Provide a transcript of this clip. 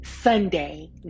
Sunday